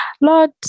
Lord